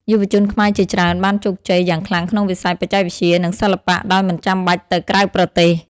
យុវជនខ្មែរជាច្រើនបានជោគជ័យយ៉ាងខ្លាំងក្នុងវិស័យបច្ចេកវិទ្យា និងសិល្បៈ ដោយមិនចាំបាច់ទៅក្រៅប្រទេស។